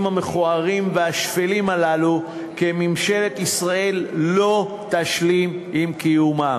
המכוערים והשפלים הללו כי ממשלת ישראל לא תשלים עם קיומם.